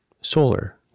solar